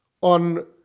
on